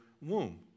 womb